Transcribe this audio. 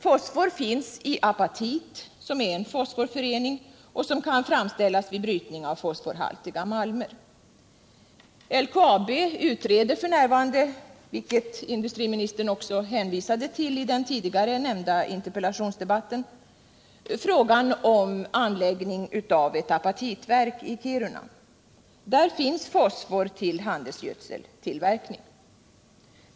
Fosfor finns i apatit, som är en fosforförening och som kan framställas vid brytning av fosforhaltiga malmer. LKAB utreder f.n. — vilket industriministern också hänvisade till i den tidigare nämnda interpellationsdebatten — frågan om anläggning av ett apatitverk i Kiruna. Där finns fosfor för handelsgödseltillverkning.